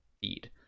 feed